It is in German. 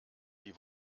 die